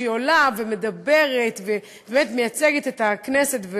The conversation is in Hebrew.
כשהיא עולה ומדברת ומייצגת את הכנסת,